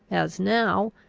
as now,